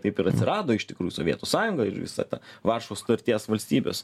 taip ir atsirado iš tikrųjų sovietų sąjunga ir visa ta varšuvos sutarties valstybės